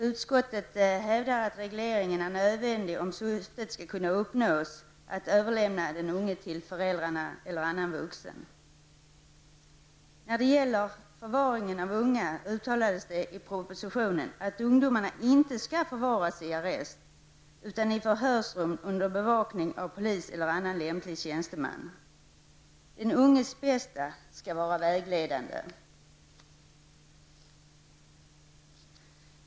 Utskottet hävdar att regleringen är nödvändig, om syftet att kunna överlämna den unge till föräldrarna eller annan vuxen skall kunna uppnås. När det gäller förvaringen av unga uttalas det i propositionen att ungdomarna inte skall förvaras i arrest utan i förhörsrum, under bevakning av polis eller annan lämplig tjänsteman. Den unges bästa skall vara vägledande.